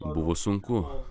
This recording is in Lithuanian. buvo sunku